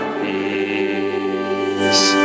peace